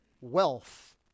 wealth